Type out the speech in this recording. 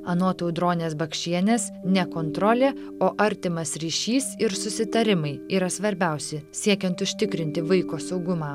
anot audronės bakšienės ne kontrolė o artimas ryšys ir susitarimai yra svarbiausi siekiant užtikrinti vaiko saugumą